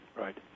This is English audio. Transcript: Right